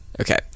Okay